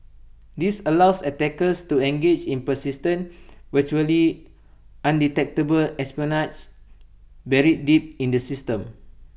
this allows attackers to engage in persistent virtually undetectable espionage buried deep in the system